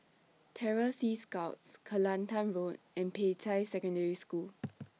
Terror Sea Scouts Kelantan Road and Peicai Secondary School